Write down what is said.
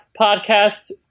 podcast